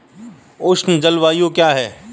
उष्ण जलवायु क्या होती है?